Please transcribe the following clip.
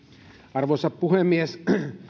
arvoisa puhemies